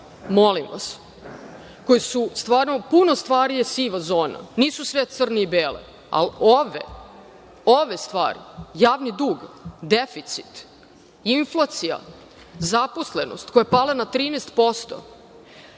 Molim vas, puno stvari je siva zona, nisu sve crne i bele, ali ove, ove stvari, javni dug, deficit, inflacija, zaposlenost koja je pala na 13%.